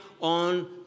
on